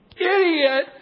idiot